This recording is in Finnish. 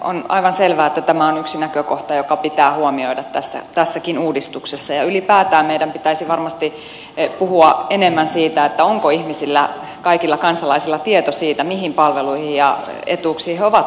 on aivan selvää että tämä on yksi näkökohta joka pitää huomioida tässäkin uudistuksessa ja ylipäätään meidän pitäisi varmasti puhua enemmän siitä onko ihmisillä kaikilla kansalaisilla tieto siitä mihin palveluihin ja etuuksiin he ovat oikeutettuja